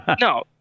no